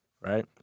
right